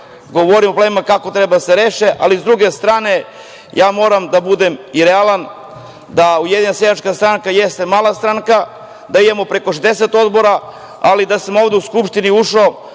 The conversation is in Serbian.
govorim o tome kako problemi treba da se reše, ali s druge strane moram da budem i realan, da Ujedinjena seljačka stranka jeste mala stranka, da imamo preko 60 odbora, ali da sam ovde u Skupštinu ušao